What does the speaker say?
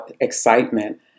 excitement